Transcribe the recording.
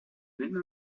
même